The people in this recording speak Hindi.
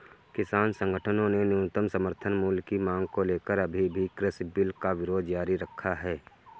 किसान संगठनों ने न्यूनतम समर्थन मूल्य की मांग को लेकर अभी भी कृषि बिल का विरोध जारी रखा है